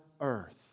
earth